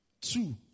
Two